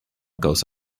goes